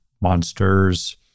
monsters